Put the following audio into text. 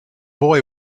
boy